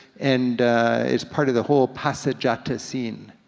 and is part of the whole passeggiata scene,